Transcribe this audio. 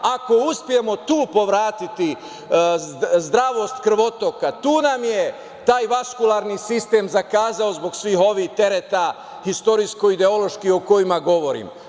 Ako uspemo tu povratiti zdravlje krvotoka, tu nam je taj vaskularni sistem zakazao zbog svih ovih tereta istorijsko-ideološki o kojima govorim.